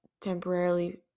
temporarily